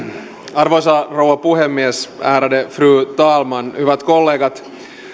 arvoisa rouva puhemies ärade fru talman hyvät kollegat